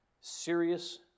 Serious